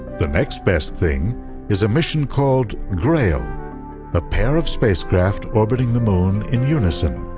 the next best thing is a mission called grail, a pair of spacecraft orbiting the moon in unison.